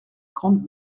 grande